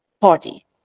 party